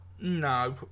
No